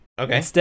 Okay